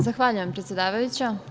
Zahvaljujem, predsedavajuća.